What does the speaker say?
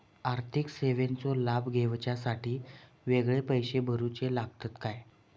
आर्थिक सेवेंचो लाभ घेवच्यासाठी वेगळे पैसे भरुचे लागतत काय?